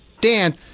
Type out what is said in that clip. Dan